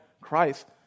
Christ